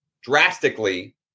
drastically